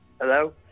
Hello